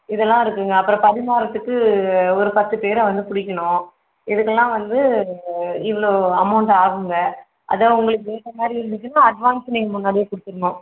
இதெலாம் இருக்குதுங்க அப்புறம் பரிமாறுகிறதுக்கு ஒரு பத்துப்பேரை வந்து பிடிக்கணும் இதுக்கெல்லாம் வந்து இவ்வளோ அமௌண்ட் ஆகுங்க அதுதான் உங்களுக்கு ஏற்ற மாதிரி இருந்துச்சுன்னால் அட்வான்ஸ் நீங்கள் முன்னாடியே கொடுத்தடணும்